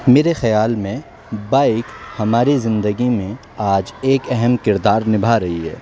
میرے خیال میں بائک ہماری زندگی میں آج ایک اہم کردار نبھا رہی ہے